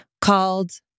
called